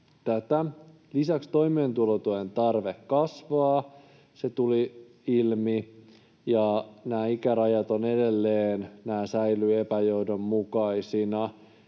Lisäksi toimeentulotuen tarve kasvaa, se tuli ilmi. Ja nämä ikärajat säilyvät edelleen epäjohdonmukaisina.